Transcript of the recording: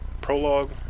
prologue